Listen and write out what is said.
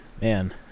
Man